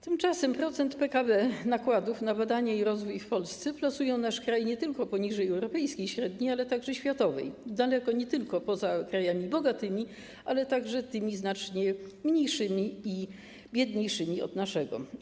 Tymczasem procent PKB na badania i rozwój w Polsce plasuje nasz kraj nie tylko poniżej europejskiej średniej, ale także światowej, daleko nie tylko za krajami bogatymi, ale także tymi znacznie mniejszymi i biedniejszymi od naszego.